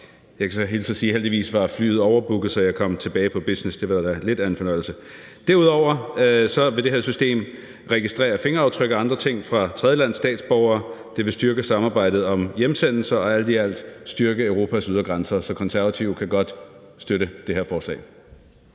Jeg kan så hilse og sige, at heldigvis var flyet overbooket, så jeg kom tilbage på business class – det var lidt af en fornøjelse. Derudover vil det her system registrere fingeraftryk og andre ting fra tredjelandsstatsborgere. Det vil styrke samarbejdet om hjemsendelse og vil alt i alt styrke Europas ydre grænser. Så Konservative kan godt støtte det her forslag.